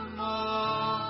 more